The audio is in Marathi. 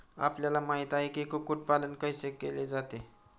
आपल्याला माहित आहे की, कुक्कुट पालन कैसे केले जाते?